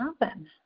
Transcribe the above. happen